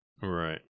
right